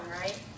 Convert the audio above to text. right